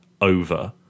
over